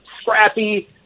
scrappy